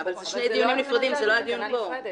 אבל אלה שני דיונים נפרדים, וזה לא הדיון הזה.